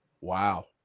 Wow